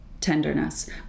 tenderness